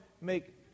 make